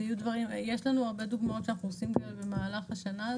יש לנו הרבה דוגמאות שאנחנו כרגע במהלך השנה,